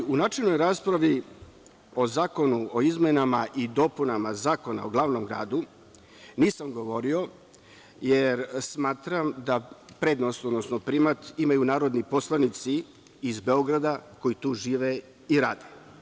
U načelnoj raspravi o zakonu o izmenama i dopunama Zakona o glavnom gradu nisam govorio jer smatram da prednost, odnosno primat imaju narodni poslanici iz Beograda koji tu žive i rade.